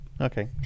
Okay